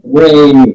rain